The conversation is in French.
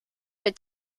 est